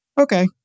Okay